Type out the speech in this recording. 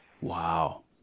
Wow